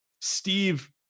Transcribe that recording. Steve